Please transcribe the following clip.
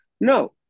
No